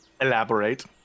Elaborate